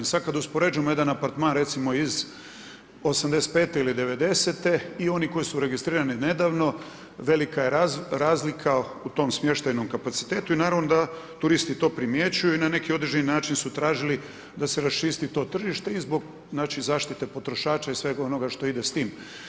I sad kad uspoređujemo jedan apartman, recimo iz '85. ili '90. i oni koji su registrirane nedavno velika je razlika u tom smještajnom kapacitetu i naravno da turisti to primjećuju i na neki određeni način su tražili da se raščisti to tržište i zbog zaštite potrošača i svega onoga što ide s tim.